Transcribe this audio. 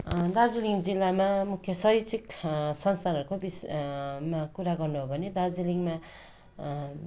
दार्जिलिङ जिल्लामा मुख्य शैक्षिक संस्थानहरूको विषय मा कुरा गर्नु हो भने दार्जिलिङमा